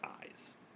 eyes